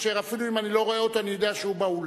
אשר אפילו אם אני לא רואה אותו אני יודע שהוא באולם,